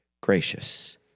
gracious